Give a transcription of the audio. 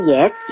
yes